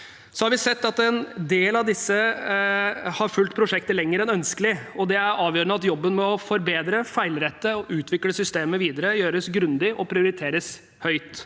Vi har sett at en del av disse har fulgt prosjektet lenger enn ønskelig, og det er avgjørende at jobben med å forbedre, feilrette og utvikle systemet videre gjøres grundig og prioriteres høyt.